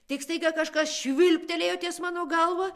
tik staiga kažkas švilptelėjo ties mano galva